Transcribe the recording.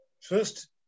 first